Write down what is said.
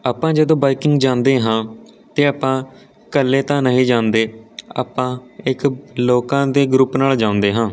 ਆਪਾਂ ਜਦੋਂ ਬਾਈਕਿੰਗ ਜਾਂਦੇ ਹਾਂ ਅਤੇ ਆਪਾਂ ਇਕੱਲੇ ਤਾਂ ਨਹੀਂ ਜਾਂਦੇ ਆਪਾਂ ਇੱਕ ਲੋਕਾਂ ਦੇ ਗਰੁੱਪ ਨਾਲ ਜਾਂਦੇ ਹਾਂ